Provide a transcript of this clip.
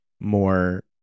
more